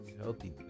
Healthy